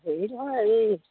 হেৰি নহয় এই